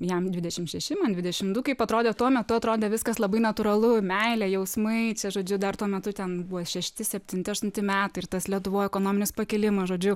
jam dvidešim šeši man dvidešim du kaip atrodė tuo metu atrodė viskas labai natūralu meilė jausmai čia žodžiu dar tuo metu ten buvo šešti septinti aštunti metai ir tas lietuvoj ekonominis pakilimas žodžiu